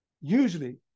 usually